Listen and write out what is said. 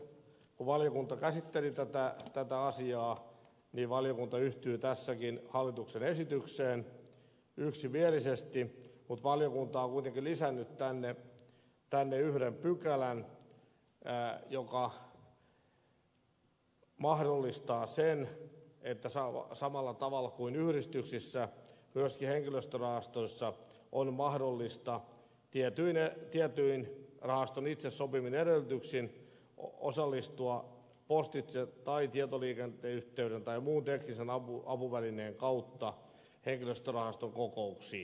kun valiokunta käsitteli tätä asiaa niin valiokunta yhtyi tässäkin hallituksen esitykseen yksimielisesti mutta valiokunta on kuitenkin lisännyt tänne yhden pykälän joka mahdollistaa sen että samalla tavalla kuin yhdistyksissä myöskin henkilöstörahastoissa on mahdollista tietyin rahaston itse sopimin edellytyksin osallistua postitse tai tietoliikenneyhteyden tai muun teknisen apuvälineen kautta henkilöstörahaston kokouksiin